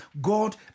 God